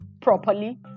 properly